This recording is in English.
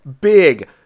big